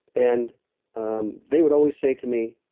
and um they would always say to me,